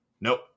Nope